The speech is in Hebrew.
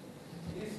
הדוב.